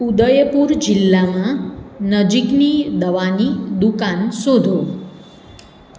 ઉદયપુર જિલ્લામાં નજીકની દવાની દુકાન શોધો